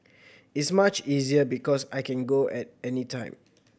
is much easier because I can go at any time